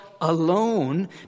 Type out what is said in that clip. alone